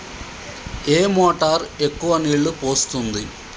ఏ motor ఎక్కువ నీళ్లు పోస్తుంది?